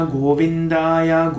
Govindaya